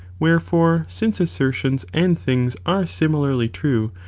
wherefore, since assertions and things are similarly true,